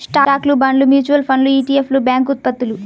స్టాక్లు, బాండ్లు, మ్యూచువల్ ఫండ్లు ఇ.టి.ఎఫ్లు, బ్యాంక్ ఉత్పత్తులు